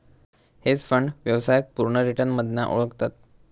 hedge fund व्यवसायाक पुर्ण return मधना ओळखतत